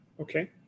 Okay